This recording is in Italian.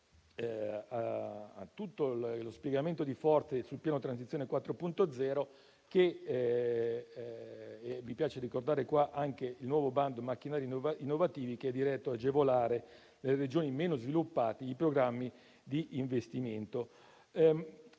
oltre a tutto lo spiegamento di forze sul piano Transizione 4.0 e - mi piace ricordare - al nuovo bando macchinari innovativi, diretto ad agevolare le Regioni meno sviluppate e i programmi di investimento